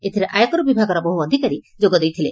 ଏଥିରେ ଆୟକର ବିଭାଗର ବହୁ ଅଧିକାରୀ ଯୋଗ ଦେଇଥିଲେ